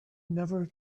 never